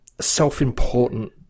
self-important